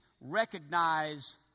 recognize